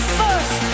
first